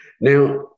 Now